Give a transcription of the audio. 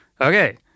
okay